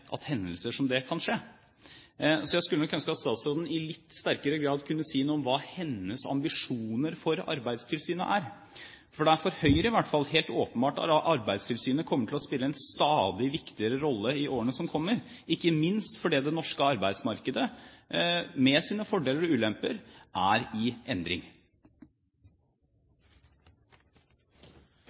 hendelser som dette kan skje. Jeg skulle nok ønske at statsråden i litt sterkere grad kunne si noe om hva hennes ambisjoner for Arbeidstilsynet er. For Høyre er det i hvert fall helt åpenbart at Arbeidstilsynet kommer til å spille en stadig viktigere rolle i årene som kommer, ikke minst fordi det norske arbeidsmarkedet, med sine fordeler og ulemper, er i endring.